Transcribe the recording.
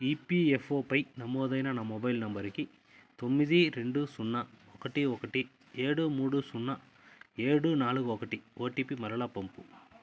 ఈపీఎఫ్ఓపై నమోదైన నా మొబైల్ నెంబరుకి తొమ్మిది రెండు సున్నా ఒకటి ఒకటి ఏడు మూడు సున్నా ఏడు నాలుగు ఒకటి ఓటిపి మరలా పంపు